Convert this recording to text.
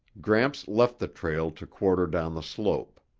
gramps left the trail to quarter down the slope.